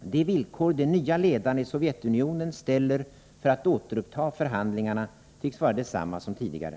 De villkor de nya ledarna i Sovjetunionen ställer för att återuppta förhandlingarna tycks vara desamma som tidigare.